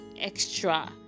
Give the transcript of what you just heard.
extra